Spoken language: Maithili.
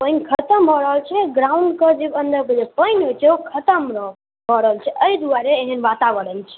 पानि खतम भऽ रहल छै आओर ग्राउंडके अन्दरके जे पानि होइ छै खतम भऽ रहल छै अइ दुआरे एहन वातावरण छै